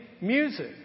music